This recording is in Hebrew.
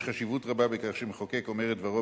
יש חשיבות רבה בכך שהמחוקק אומר את דברו